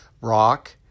rock